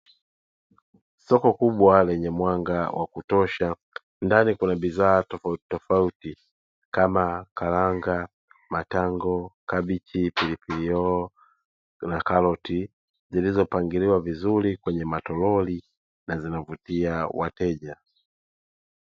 Soko kubwa lenye mwanga wa kutosha, ndani kuna bidhaa tofautitofauti kama: karanga, matango, kabichi, pilipili hoho na karoti; zilizopangiliwa vizuri kwenye matoroli na zinavutia wateja.